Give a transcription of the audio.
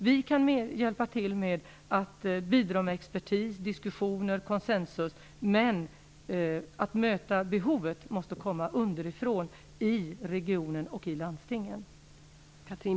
Vi kan bidra med expertis, diskussioner och konsensus, men mötandet av behoven måste ske underifrån, i regionen och i landstingen.